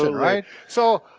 right? so,